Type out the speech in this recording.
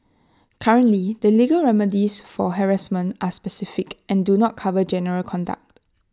currently the legal remedies for harassment are specific and do not cover general conduct